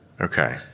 okay